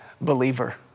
believer